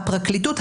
הפרקליטות,